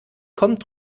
kommt